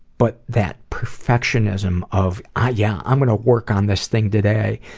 but that perfectionism of, ah yeah i'm gonna work on this thing today!